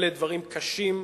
אלה דברים קשים,